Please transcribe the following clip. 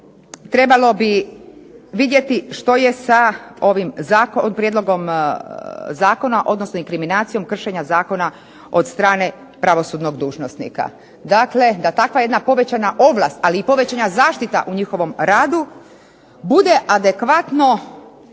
trebalo bi vidjeti što je sa ovim prijedlogom zakona, odnosno inkriminacijom kršenja zakona od strane pravosudnog dužnosnika. Dakle da takva jedna povećana ovlast, ali i povećana zaštita u njihovom radu bude adekvatno